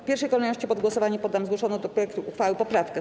W pierwszej kolejności pod głosowanie poddam zgłoszoną do projektu uchwały poprawkę.